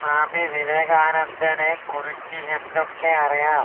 സ്വാമി വിവേകാനന്ദനെ കുറിച്ച് എന്തൊക്കെ അറിയാം